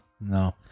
No